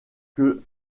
que